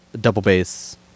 double-bass